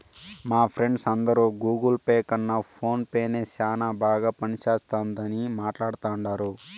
మా ఫ్రెండ్స్ అందరు Google Pay కన్న ఫోన్ పే నే సేనా బాగా పనిచేస్తుండాదని మాట్లాడతాండారు